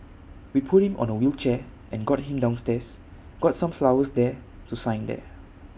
we put him on A wheelchair and got him downstairs got some flowers there to sign there